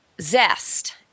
zest